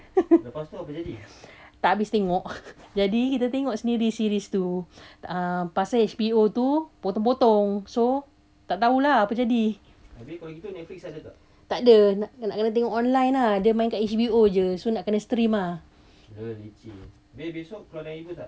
tak habis tengok jadi kita tengok sendiri series tu uh pasal H_B_O tu potong-potong so tak tahu lah apa jadi takde nak kena tengok online ah dia main kat H_B_O jer so nak kena stream ah